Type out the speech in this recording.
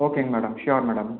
ஓகேங்க madam sure madam